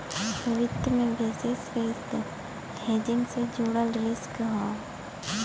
वित्त में basis risk hedging से जुड़ल रिस्क हौ